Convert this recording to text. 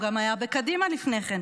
הוא גם היה בקדימה לפני כן.